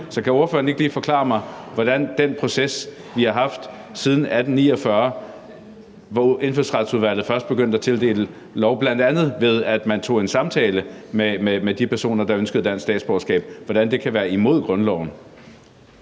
Så kan ordføreren ikke lige forklare mig, hvordan den proces, vi har haft siden 1849, hvor Indfødsretsudvalget først begyndte at tildele statsborgerskab, bl.a. ved at man tog en samtale med de personer, der ønskede dansk statsborgerskab, kan være imod grundloven?